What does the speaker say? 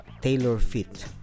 tailor-fit